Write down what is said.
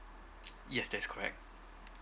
yes that's correct